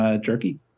jerky